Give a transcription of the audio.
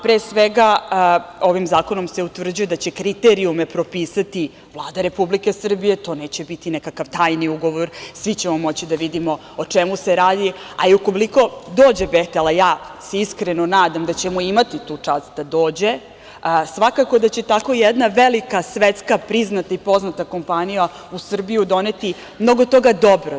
Pre svega, ovim zakonom se utvrđuje da će kriterijume propisati Vlada Republike Srbije, to neće biti nekakav tajni ugovor, svi ćemo moći da vidimo o čemu se radi, a i ukoliko dođe „Behtel“, a ja se iskreno nadam da ćemo imati tu čast da dođe, svakako da će tako jedna velika svetska priznata i poznata kompanija u Srbiju doneti mnogo toga dobrog.